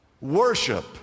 worship